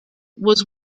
was